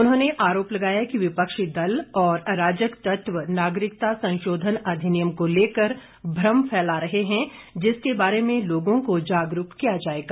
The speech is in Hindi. उन्होंने आरोप लगाया कि विपक्षी दल और अराजक तत्व नागरिकता संशोधन अधिनियम को लेकर भ्रम फैला रहे हैं जिसके बारे में लोगों को जागरूक किया जाएगा